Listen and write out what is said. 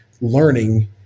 learning